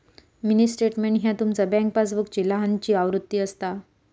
mini statement ह्या तुमचा bank पासबुकची लहान आवृत्ती असता